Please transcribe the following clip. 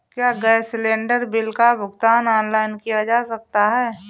क्या gas cylinder bill का भुगतान ऑनलाइन किया जा सकता है?